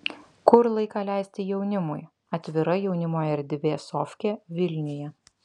kur laiką leisti jaunimui atvira jaunimo erdvė sofkė vilniuje